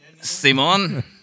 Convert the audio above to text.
Simon